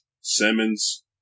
Simmons